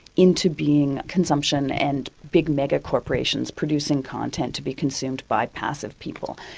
into being consumption and big mega-corporations producing content to be consumed by passive people.